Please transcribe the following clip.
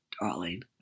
darling